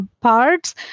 parts